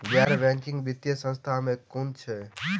गैर बैंकिंग वित्तीय संस्था केँ कुन अछि?